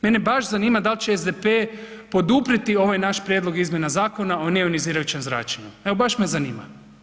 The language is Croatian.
Mene baš zanima da li će SDP-e poduprijeti ovaj naš prijedlog izmjena Zakona o neionizirajućem zračenju evo baš me zanima.